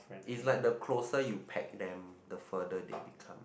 it's like the closer you pack them the further they become